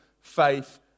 faith